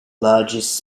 largest